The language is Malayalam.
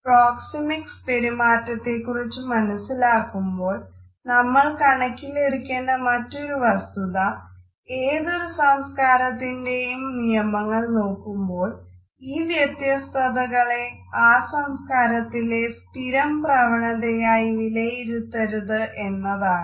പ്രോക്സെമിക്സ് പെരുമാറ്റത്തെക്കുറിച്ച് മനസ്സിലാക്കുമ്പോൾ നമ്മൾ കണക്കിലെടുക്കേണ്ട മറ്റൊരു വസ്തുത ഏതൊരു സംസ്കാരത്തിന്റെയും നിയമങ്ങൾ നോക്കുമ്പോൾ ഈ വ്യത്യസ്തതകളെ ആ സംസ്കാരത്തിലെ സ്ഥിരം പ്രവണതയായി വിലയിരുത്തരുത് എന്നതാണ്